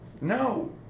No